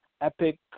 epic